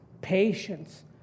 patience